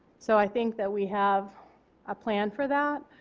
so i think that we have a plan for that.